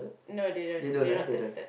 no they don't they not tested